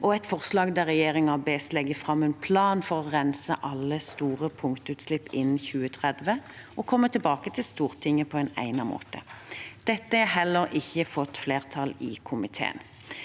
også et forslag der regjeringen bes legge fram en plan for å rense alle store punktutslipp innen 2030 og komme tilbake til Stortinget på en egnet måte. Disse har heller ikke fått flertall i komiteen.